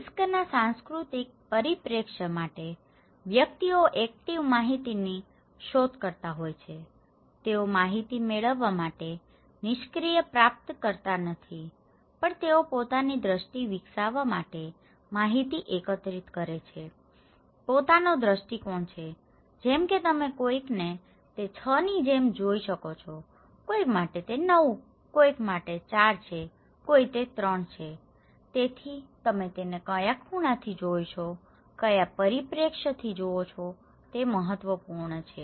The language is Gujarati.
રીસ્કના સાંસ્કૃતિક પરિપ્રેક્ષ્ય માટે વ્યક્તિઓ એક્ટીવ માહિતીની શોધકર્તા હોય છે તેઓ માહિતી મેળવવા માટે નિષ્ક્રિય પ્રાપ્તકર્તા નથી પણ તેઓ પોતાની દ્રષ્ટિ વિકસાવવા માટે માહિતી એકત્રિત કરે છે પોતાનો દ્રષ્ટિકોણ છે જેમ કે તમે કોઈકને તે 6 ની જેમ જોઈ શકો છો કોઈક માટે તે છે 9 કોઈક માટે તે 4 છે કોઈ તે 3 છે તેથી તમે તેને કયા ખૂણાથી જુઓ છો કયા પરિપ્રેક્ષ્યથી તે મહત્વપૂર્ણ છે